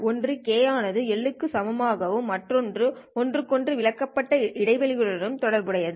ஒன்று k ஆனது L க்கு சமமாகவும் மற்றொன்று ஒன்றுடன் ஒன்று விலக்கப்பட்ட இடைவெளிகளுடனும் தொடர்புடையது